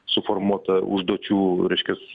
suformuotą užduočių reiškias